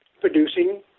producing